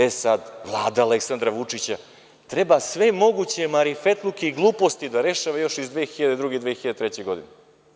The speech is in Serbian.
E, sad, Vlada Aleksandra Vučića treba sve moguće marifetluke i gluposti da rešava još iz 2002, 2003. godine.